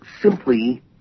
simply